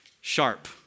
sharp